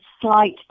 slight